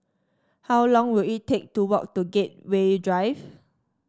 how long will it take to walk to Gateway Drive